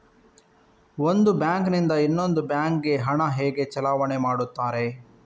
ಒಂದು ಬ್ಯಾಂಕ್ ನಿಂದ ಇನ್ನೊಂದು ಬ್ಯಾಂಕ್ ಗೆ ಹಣ ಹೇಗೆ ಚಲಾವಣೆ ಮಾಡುತ್ತಾರೆ?